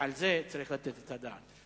ועל זה צריך לתת את הדעת.